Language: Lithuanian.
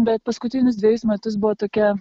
bet paskutinius dvejus metus buvo tokia